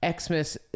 Xmas